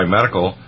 Medical